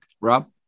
Rob